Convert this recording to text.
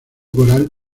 coral